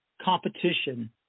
competition